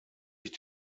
ich